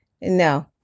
no